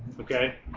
okay